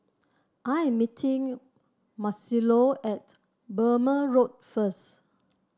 I am meeting Marcelo at Burmah Road first